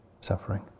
suffering